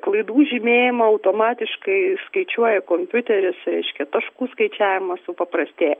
klaidų žymėjimą automatiškai skaičiuoja kompiuteris tai reiškia taškų skaičiavimas supaprastėja